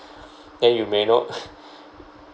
then you may not